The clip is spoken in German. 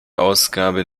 ausgabe